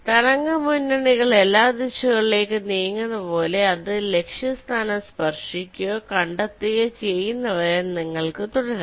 തരംഗ മുന്നണികൾ എല്ലാ ദിശകളിലേക്കും നീങ്ങുന്നതുപോലെ അത് ലക്ഷ്യസ്ഥാനം സ്പർശിക്കുകയോ കണ്ടെത്തുകയോ ചെയ്യുന്നതുവരെ നിങ്ങൾക്ക് തുടരാം